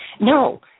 No